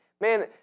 Man